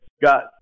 Got